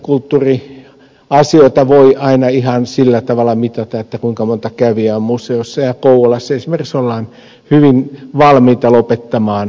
ei näitä kulttuuriasioita voi aina ihan sillä tavalla mitata kuinka monta kävijää on museossa ja kouvolassa esimerkiksi ollaan hyvin valmiita lopettamaan museotoimintaa